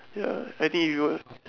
ya I think you